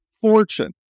Fortune